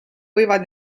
võivad